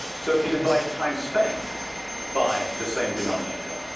so if you divide time spent by the same denominator.